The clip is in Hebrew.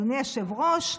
אדוני היושב-ראש,